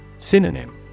Synonym